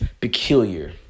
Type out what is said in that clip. peculiar